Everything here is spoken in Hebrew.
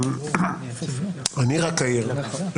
אני רק אעיר,